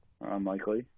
Unlikely